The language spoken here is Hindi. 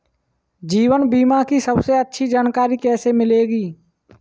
जीवन बीमा की सबसे अच्छी जानकारी कैसे मिलेगी?